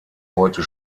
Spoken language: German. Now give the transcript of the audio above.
heute